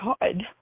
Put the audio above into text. God